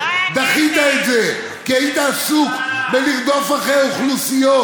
דחית את זה כי היית עסוק בלרדוף אחרי אוכלוסיות,